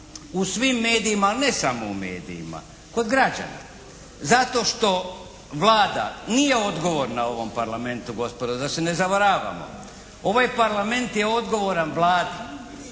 U svim medijima, ne samo u medijima, kod građana, zato što Vlada nije odgovorna ovom Parlamentu gospodo, da se ne zavaravamo. Ovaj Parlament je odgovoran Vladi